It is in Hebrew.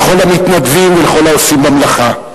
לכל המתנדבים ולכל העושים במלאכה.